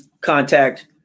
contact